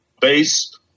base